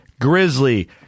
Grizzly